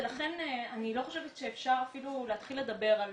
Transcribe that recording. ולכן אני לא חושבת שאפשר אפילו להתחיל לדבר על